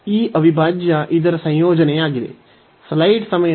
ಈ ಅವಿಭಾಜ್ಯ ಇದರ ಸಂಯೋಜನೆಯಾಗಿದೆ